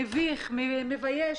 מבייש.